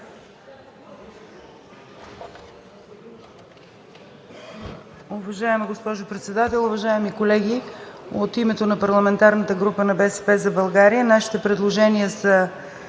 Уважаема госпожо Председател, уважаеми колеги! От името на парламентарната група на „БСП за България“ нашите предложения са